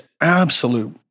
absolute